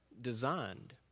designed